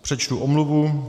Přečtu omluvu.